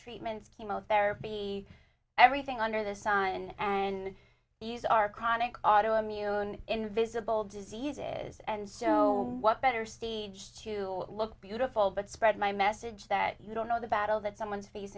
treatments chemotherapy everything under the sun and these are chronic auto immune invisible diseases and so what better stage to look beautiful but spread my message that you don't know the battle that someone's